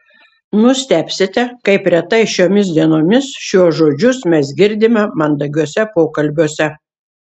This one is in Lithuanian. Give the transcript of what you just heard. nustebsite kaip retai šiomis dienomis šiuos žodžius mes girdime mandagiuose pokalbiuose